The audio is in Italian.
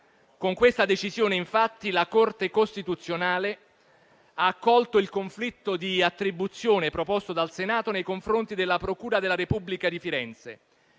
Con questa decisione, infatti, la Corte costituzionale ha accolto il conflitto di attribuzione proposto dal Senato nei confronti della procura della Repubblica di Firenze